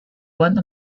one